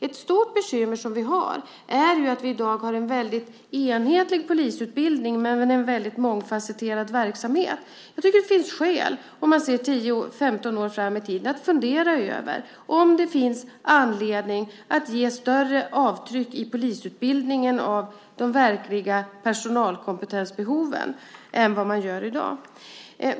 Ett stort bekymmer som vi har är att vi i dag har en väldigt enhetlig polisutbildning men en väldigt mångfasetterad verksamhet. Jag tycker att det finns skäl, om man ser 10-15 år fram i tiden, att fundera över om det finns anledning att ge större avtryck i polisutbildningen av de verkliga personalkompetensbehoven än vad det är i dag.